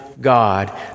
God